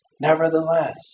Nevertheless